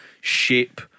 shape